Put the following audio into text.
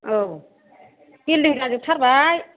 औ बिलडिं जाजोब थारबाय